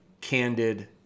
candid